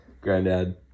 granddad